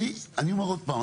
אני אומר עוד פעם,